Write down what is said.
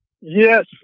Yes